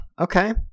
Okay